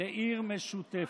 לעיר משותפת".